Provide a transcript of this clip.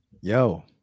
Yo